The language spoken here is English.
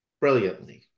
brilliantly